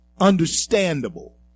understandable